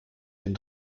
dem